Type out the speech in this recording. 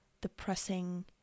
depressing